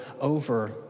over